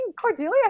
Cordelia